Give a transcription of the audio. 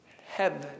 heaven